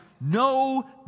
no